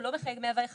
הוא לא מחייג 101,